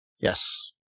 Yes